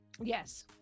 Yes